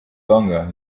longer